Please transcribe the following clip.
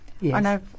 Yes